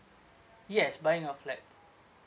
yes buying a flat